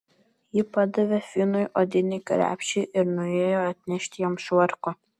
ji padavė finui odinį krepšį ir nuėjo atnešti jam švarko